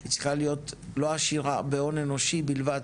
היא צריכה להיות לא עשירה בהון אנושי בלבד,